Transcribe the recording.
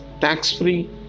tax-free